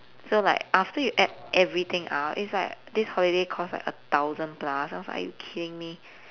so like after you add everything up it's like this holiday cost like a thousand plus I was like are you kidding me